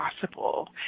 possible